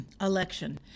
election